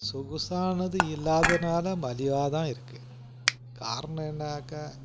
சொகுசானது இல்லாததுனால் மலிவாகதான் இருக்குது காரணம் என்னாக்க